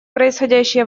происходящие